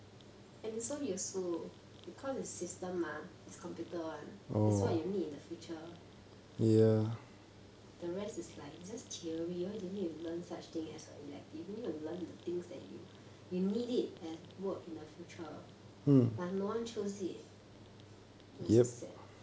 and is so useful because it's system mah is computer [one] is what you need in the future the rest is like just theory why do you need to learn such thing as your elective you need to learn the things that you you need it at work in the future but no one chose it then I so sad